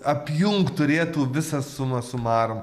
apjungt turėtų visą summa summarum